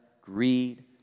greed